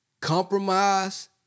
compromise